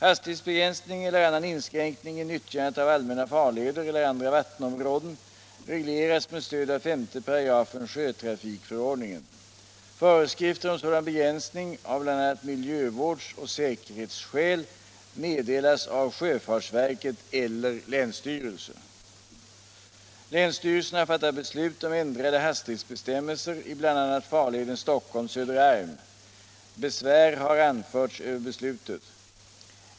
Hastighetsbegränsning eller annan inskränkning i nyttjandet av allmänna farleder eller andra vattenområden regleras med stöd av 5 § sjötrafikförordningen. Föreskrifter om sådan begränsning av bl.a. miljövårdsoch säkerhetsskäl meddelas av sjöfartsverket eller länsstyrelse. Länsstyrelsen har fattat beslut om ändrade hastighetsbestämmelser i bl.a. farleden Stockholm-Söderarm. Besvär har anförts över beslutet.